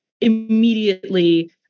immediately